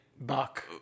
Buck